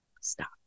Stop